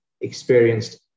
experienced